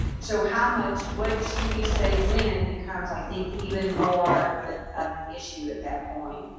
so how much? what should we say when becomes i think even more of an of an issue at that point.